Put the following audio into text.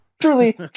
Truly